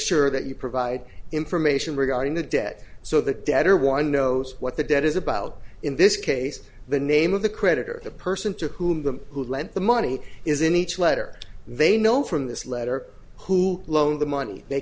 sure that you provide information regarding the debt so the debtor one knows what the debt is about in this case the name of the creditor the person to whom them who lent the money is in each letter they know from this letter who loaned the money they